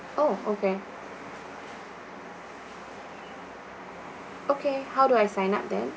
oh okay okay how do I sign up then